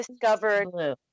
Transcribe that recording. discovered